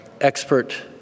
expert